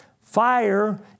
fire